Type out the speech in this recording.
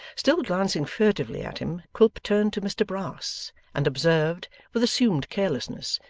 still glancing furtively at him, quilp turned to mr brass and observed, with assumed carelessness,